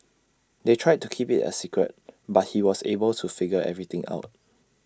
they tried to keep IT A secret but he was able to figure everything out